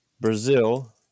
Brazil